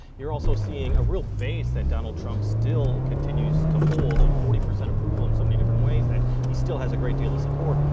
you're also seeing a real base that donald trump still continues to hold, at and forty percent approval, in so many different ways that he still has a great deal of support.